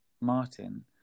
Martin